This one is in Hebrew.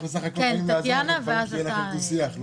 אנחנו בסך הכול באים לעזור לכם שיהיה דו שיח.